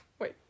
Wait